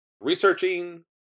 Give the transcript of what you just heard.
researching